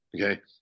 Okay